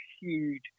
huge